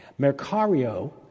mercario